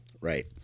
Right